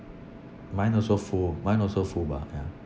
mine also full mine also full bar ya